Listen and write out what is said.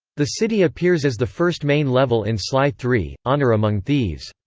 the city appears as the first main level in sly three honor among thieves.